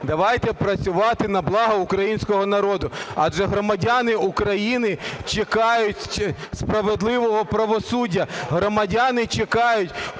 давайте працювати на благо українського народу, адже громадяни України чекають справедливого правосуддя, громадяни чекають,